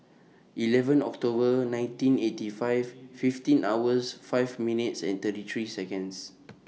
eleven October nineteen eighty five fifteen hours five minutes and thirty three Seconds